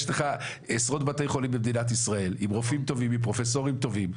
יש לך עשרות בתי חולים במדינת ישראל עם רופאים טובים ופרופסורים טובים,